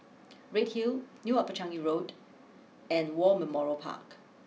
Redhill new Upper Changi Road and War Memorial Park